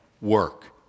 work